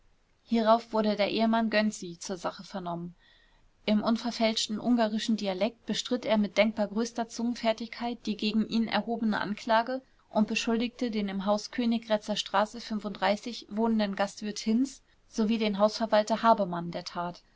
hierauf wurde der ehemann gönczi zur sache vernommen im unverfälschten ungarischen dialekt bestritt er mit denkbar größter zungenfertigkeit die gegen ihn erhobene anklage und beschuldigte den im hause königgrätzer straße wohnenden gastwirt hinz sowie den hausverwalter habermann der tat